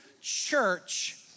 church